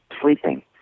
sleeping